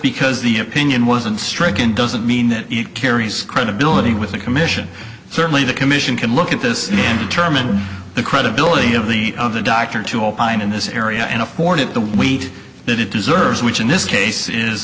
because the the opinion wasn't stricken doesn't mean that it carries credibility with the commission certainly the commission can look at this man determine the credibility of the of the doctor to opine in this area and afford it the weight that it deserves which in this case is